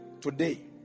today